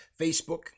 Facebook